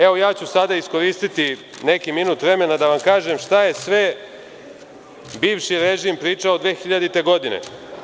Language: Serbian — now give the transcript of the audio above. Evo ja ću sada iskoristiti neki minut vremena da vam kažem šta je sve bivši režim pričao 2000. godine.